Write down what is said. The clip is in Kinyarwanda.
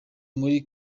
muri